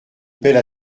paient